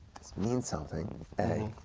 this means something, a.